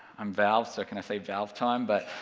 i'm valve, so can i say valve time, but,